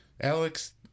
Alex